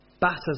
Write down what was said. batters